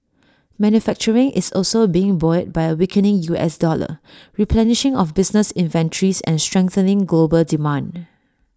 manufacturing is also being buoyed by A weakening U S dollar replenishing of business inventories and strengthening global demand